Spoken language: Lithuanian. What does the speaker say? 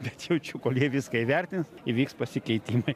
bet jaučiu kol jie viską įvertins įvyks pasikeitimai